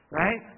right